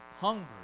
hungry